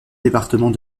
département